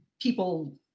people